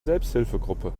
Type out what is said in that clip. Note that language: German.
selbsthilfegruppe